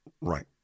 Right